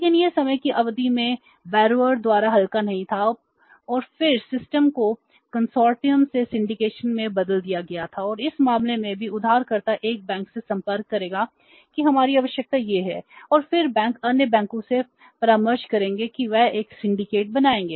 लेकिन यह समय की अवधि में बैरो बनाएंगे